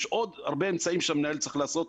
יש עוד הרבה אמצעים שהמנהל צריך לעשות,